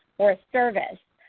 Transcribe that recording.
or a service.